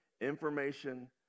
Information